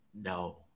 No